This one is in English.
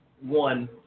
one